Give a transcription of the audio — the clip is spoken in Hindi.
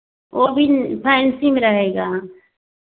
वह भी फैंसी में रहेगा